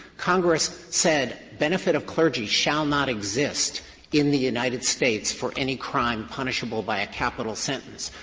congress said benefit of clergy shall not exist in the united states for any crime punishable by a capital sentence.